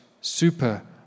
super